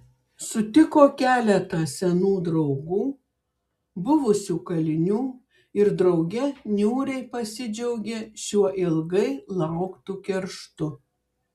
sutiko keletą senų draugų buvusių kalinių ir drauge niūriai pasidžiaugė šiuo ilgai lauktu kerštu